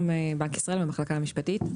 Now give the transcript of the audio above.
שלום, אני מהמחלקה המשפטית בבנק ישראל.